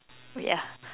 ya